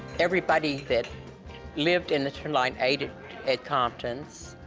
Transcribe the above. everybody that lived in the tenderloin ate at compton's,